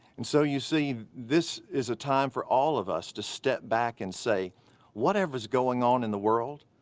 and so you see, this is a time for all of us to step back and say whatever's going on in the world,